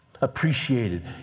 appreciated